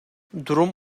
durum